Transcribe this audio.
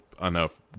enough